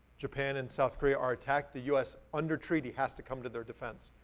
japan, and south korea are attacked, the us under treaty, has to come to their defense.